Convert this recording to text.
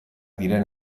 diren